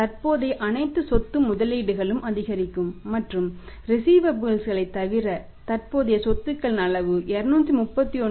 எனவே தற்போதைய அனைத்து சொத்து முதலீடுகளும் அதிகரிக்கும் மற்றும் ரிஸீவபல்ஸ் களைத் தவிர தற்போதைய சொத்துகளின் அளவு 231